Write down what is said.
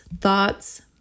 thoughts